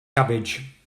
cabbage